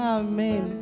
amen